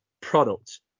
product